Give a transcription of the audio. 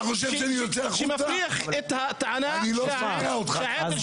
שמפריח את הטענה שהעדר לא מוסדר.